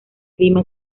clima